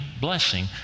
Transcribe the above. blessing